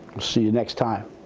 see you next time.